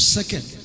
Second